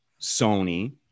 sony